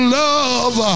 love